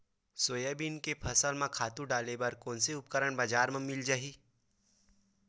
Soybean के फसल म खातु डाले बर कोन से उपकरण बजार म मिल जाहि?